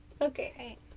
okay